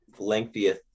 lengthiest